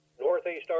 Northeast